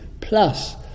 plus